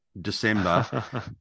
December